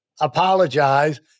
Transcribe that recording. apologize